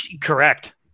Correct